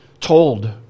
told